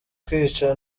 kwica